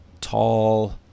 tall